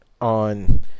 on